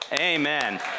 amen